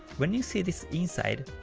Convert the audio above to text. when you see this inside,